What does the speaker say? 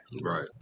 Right